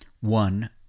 One